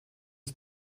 ist